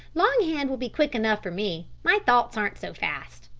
longhand will be quick enough for me. my thoughts aren't so fast,